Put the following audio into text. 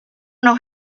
know